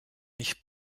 nicht